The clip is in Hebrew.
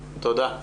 תודה.